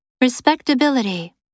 Respectability